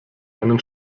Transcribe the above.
einen